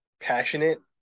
passionate